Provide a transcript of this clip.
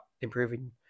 improving